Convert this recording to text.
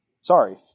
sorry